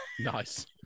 Nice